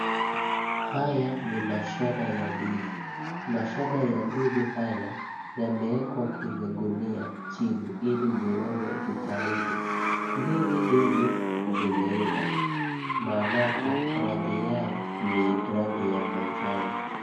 Haya ni mashada ya ndizi. Mashada ya ndizi haya yamewekwa kwenye gunia chini ili ziweze zikauzwe. Ndizi hizi zimeiva maanake rangi yao ni rangi ya manjano.